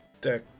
deck